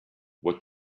what